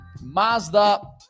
Mazda